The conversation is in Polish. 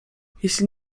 jeśli